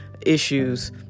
issues